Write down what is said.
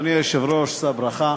אדוני היושב-ראש, שא ברכה,